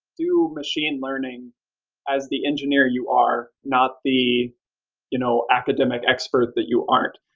do machine learning as the engineer you are, not the you know academic expert that you aren't.